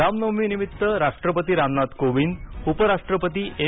रामनवमीनिमित्त राष्ट्रपती रामनाथ कोविंद उपराष्ट्रपती एम